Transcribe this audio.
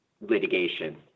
litigation